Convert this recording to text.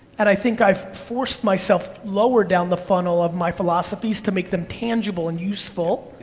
and i think i've forced myself lower down the funnel of my philosophies to make them tangible and useful,